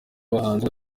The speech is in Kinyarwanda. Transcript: abahanzi